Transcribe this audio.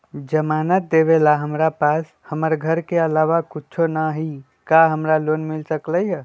जमानत देवेला हमरा पास हमर घर के अलावा कुछो न ही का हमरा लोन मिल सकई ह?